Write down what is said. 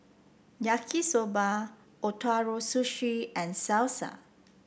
Yaki Soba Ootoro Sushi and Salsa